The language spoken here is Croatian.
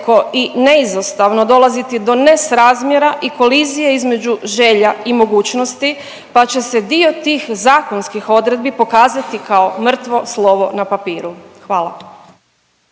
i neizostavno dolaziti do nesrazmjera i kolizije između želja i mogućnosti pa će se dio tih zakonskih odredbi pokazati kao mrtvo slovo na papiru. Hvala.